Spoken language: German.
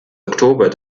oktober